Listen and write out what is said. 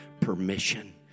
permission